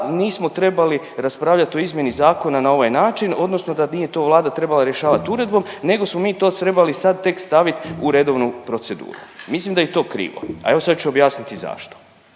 nismo trebali raspravljat o izmjeni zakona na ovaj način odnosno da nije to Vlada trebala rješavat uredbom nego smo mi to trebali sad tek stavit u redovnu proceduru, mislim da je i to krivo, a evo sad ću objasniti zašto.